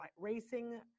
Racing